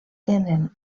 tenen